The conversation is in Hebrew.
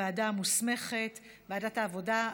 לוועדת העבודה,